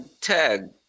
tag